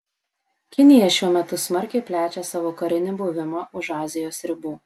kinija šiuo metu smarkiai plečia savo karinį buvimą už azijos ribų